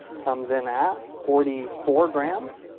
comes in at forty four grams